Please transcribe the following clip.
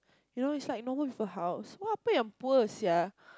you know it's like normal people house what happen when you poor sia